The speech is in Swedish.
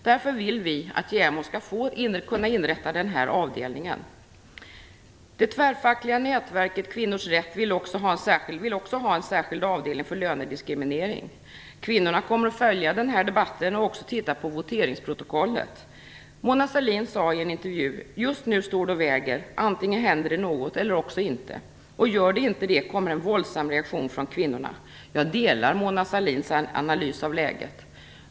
Därför vill vi att JämO skall kunna inrätta den här avdelningen. Det tvärfackliga nätverket "Kvinnors rätt" vill också ha en särskild avdelning för lönediskriminering. Kvinnorna kommer att följa den här debatten och också titta på voteringsprotokollet. Mona Sahlin sade i en intervju att just nu står det och väger - antingen händer det något eller också inte, och gör det inte det kommer det en våldsam reaktion från kvinnorna. Jag instämmer i Mona Sahlins analys av läget.